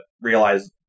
realize